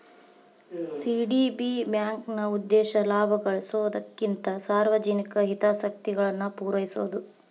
CDB ಬ್ಯಾಂಕ್ನ ಉದ್ದೇಶ ಲಾಭ ಗಳಿಸೊದಕ್ಕಿಂತ ಸಾರ್ವಜನಿಕ ಹಿತಾಸಕ್ತಿಗಳನ್ನ ಪೂರೈಸೊದು